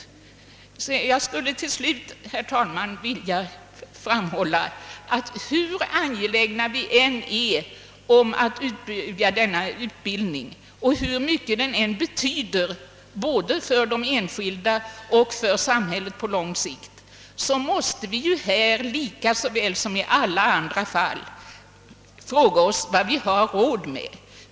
Till slut skulle jag, herr talman, vilja framhålla att hur angelägna vi än är att utbygga denna utbildning och hur mycket den än betyder både för de enskilda och på lång sikt för samhället, måste vi i detta som i alla andra fall fråga oss vad vi har råd med.